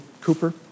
Cooper